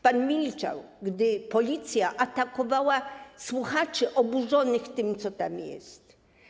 Pan milczał, gdy Policja atakowała słuchaczy oburzonych tym, co tam jest.